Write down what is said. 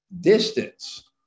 distance